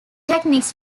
techniques